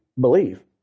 believe